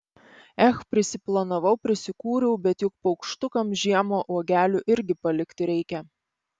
ech prisiplanavau prisikūriau bet juk paukštukams žiemą uogelių irgi palikti reikia